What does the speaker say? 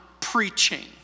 preaching